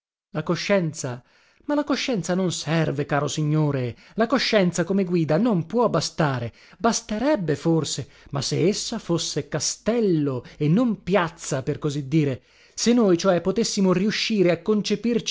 la coscienza ma la coscienza non serve caro signore la coscienza come guida non può bastare basterebbe forse ma se essa fosse castello e non piazza per così dire se noi cioè potessimo riuscire a concepirci